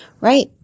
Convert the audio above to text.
Right